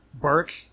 Burke